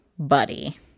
buddy